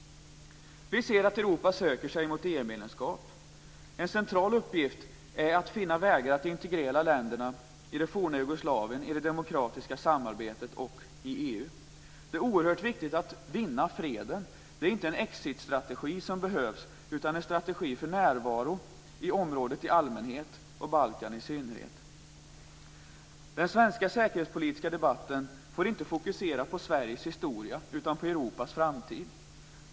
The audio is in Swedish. Vi ser att Europa söker sig mot EU medlemskap. En central uppgift är att finna vägar att integrera länderna i det forna Jugoslavien i det demokratiska samarbetet och i EU. Det är oerhört viktigt att vinna freden. Det är inte en exit-strategi som behövs utan en strategi för närvaro i området i allmänhet och på Balkan i synnerhet. Den svenska säkerhetspolitiska debatten borde inte fokusera på Sveriges historia utan på Europas framtid.